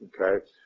Okay